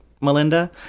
Melinda